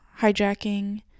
hijacking